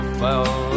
fell